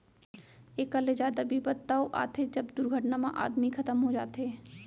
एकर ले जादा बिपत तव आथे जब दुरघटना म आदमी खतम हो जाथे